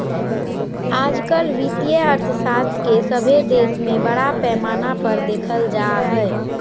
आजकल वित्तीय अर्थशास्त्र के सभे देश में बड़ा पैमाना पर देखल जा हइ